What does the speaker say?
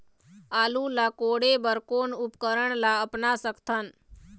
आलू ला कोड़े बर कोन उपकरण ला अपना सकथन?